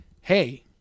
hey